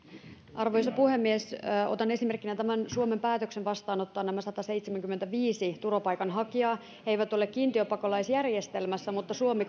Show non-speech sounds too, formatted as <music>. arvoisa puhemies otan esimerkkinä suomen päätöksen vastaanottaa nämä sataseitsemänkymmentäviisi turvapaikanhakijaa he eivät ole kiintiöpakolaisjärjestelmässä mutta suomi <unintelligible>